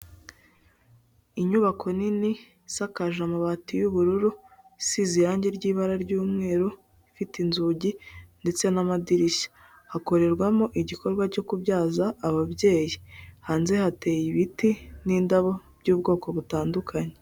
Inyubako nini, isakaje amabati y'ubururu, isize irangi ry'ibara ry'umweru, ifite inzugi, ndetse n'amadirishya, hakorerwamo igikorwa cyo kubyaza ababyeyi, hanze hateye ibiti, n'indabo by'ubwoko butandukanye.